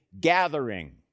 gathering